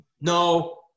No